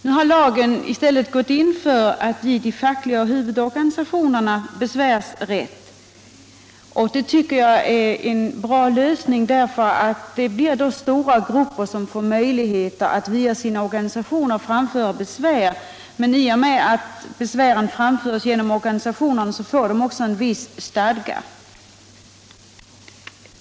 Man har i lagstiftningen i stället gått in för att ge de fackliga huvudorganisationerna besvärsrätt, och det tycker jag är en bra lösning, eftersom stora grupper då får möjlighet att via sina organisationer framföra besvär. I och med att besvären framförs via organisationen får de också en viss stadga.